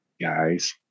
guys